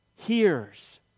hears